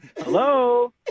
Hello